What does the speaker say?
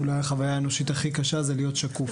אולי החוויה האנושית הכי קשה זה להיות שקוף,